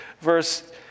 verse